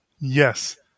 Yes